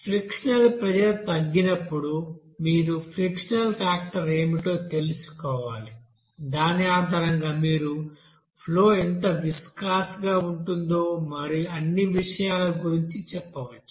frictional pressure తగ్గినప్పుడు మీరు frictional factor ఏమిటో తెలుసుకోవాలి దాని ఆధారంగా మీరు ఫ్లో ఎంత విస్కాస్ గా ఉంటుందో మరియు అన్ని విషయాల గురించి చెప్పవచ్చు